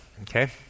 okay